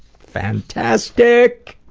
fantastic.